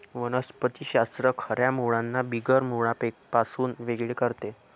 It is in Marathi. वनस्पति शास्त्र खऱ्या मुळांना बिगर मुळांपासून वेगळे करते